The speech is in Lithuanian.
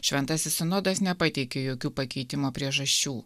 šventasis sinodas nepateikė jokių pakeitimo priežasčių